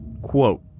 Quote